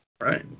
Right